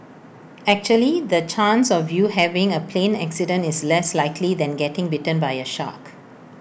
actually the chance of you having A plane accident is less likely than getting bitten by A shark